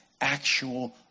actual